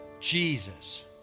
Jesus